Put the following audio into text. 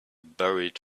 buried